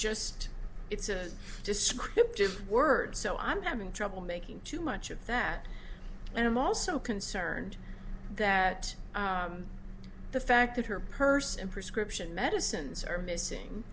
just it's a descriptive word so i'm having trouble making too much of that and i'm also concerned that the fact that her purse and prescription medicines are missing